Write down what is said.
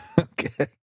Okay